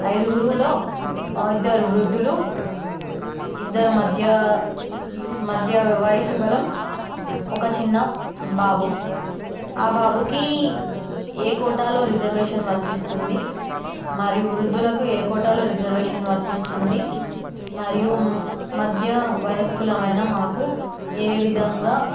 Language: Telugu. ఐదుగురులో ఇద్దరు వృద్ధులు ఇద్దరు మధ్య వయస్సు గల ఒక చిన్న బాబు ఆ బాబుకి ఏ కోటాలో రిజర్వేషన్ వర్తిస్తుంది మరియు వృద్ధులకు ఏ కోటాలో రిజర్వేషన్ వర్తిస్తుంది మరియు మధ్య వయస్కులం అయినా మాకు ఏ విధంగా